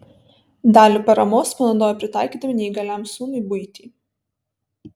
dalį paramos panaudojo pritaikydami neįgaliam sūnui buitį